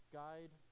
guide